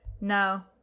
No